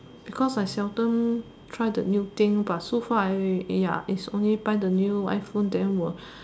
because I seldom try the new thing but so far I ya is only buy the new iPhone then will